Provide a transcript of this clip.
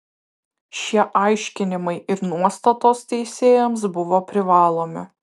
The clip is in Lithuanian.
šie aiškinimai ir nuostatos teisėjams buvo privalomi